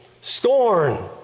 scorn